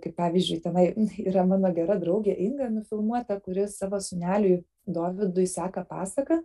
kaip pavyzdžiui tenai yra mano gera draugė inga nufilmuota kuri savo sūneliui dovydui seka pasaką